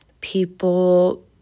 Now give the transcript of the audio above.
people